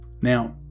Now